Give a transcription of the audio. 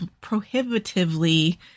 prohibitively